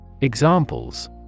Examples